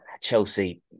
Chelsea